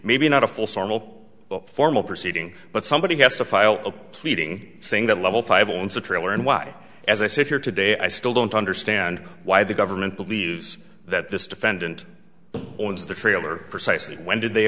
maybe not a full storm formal proceeding but someone he has to file a pleading saying that level five owns the trailer and why as i sit here today i still don't understand why the government believes that this defendant owns the trailer precisely when did they